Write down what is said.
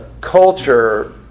culture